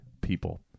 people